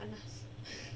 panas